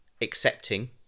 accepting